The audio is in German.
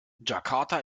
jakarta